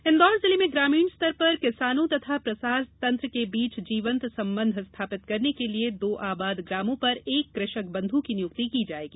कृषक बंध् इंदौर जिले में ग्रामीण स्तर पर किसानों तथा प्रसार तंत्र के बीच जीवंत संबंध स्थापित करने के लिए दो आबाद ग्रामों पर एक कृषक बंधु की नियुक्ति की जाएगी